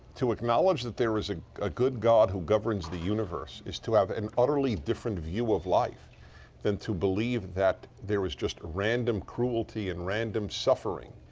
to acknowledge that there is a ah good god who governs the universe is to have an utterly different view of life than to believe that there is just random cruelty and random suffering.